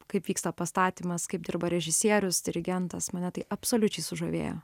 kaip vyksta pastatymas kaip dirba režisierius dirigentas mane tai absoliučiai sužavėjo